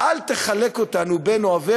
אל תחלק אותנו לאוהבי